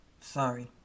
Sorry